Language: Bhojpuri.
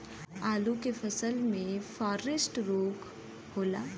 आलू के फसल मे फारेस्ट रोग होला?